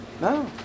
No